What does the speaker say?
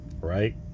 right